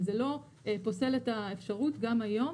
אבל זה לא פוסל את האפשרות גם היום,